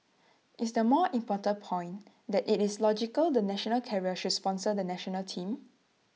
is the more important point that IT is logical the national carrier should sponsor the National Team